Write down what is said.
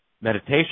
meditation